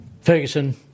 Ferguson